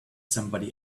somebody